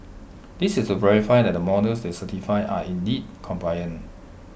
this is to verify that the models they certified are indeed compliant